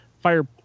fire